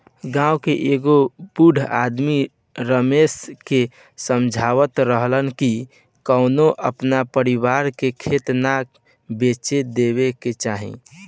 गांव के एगो बूढ़ आदमी रमेश के समझावत रहलन कि कबो आपन परिवार के खेत ना बेचे देबे के चाही